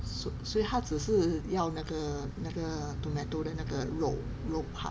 所所以他只是要那个那个 tomato 的那个肉肉 part